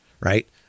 right